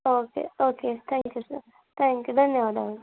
okay okay thank you sir thank you ಧನ್ಯವಾದಗಳು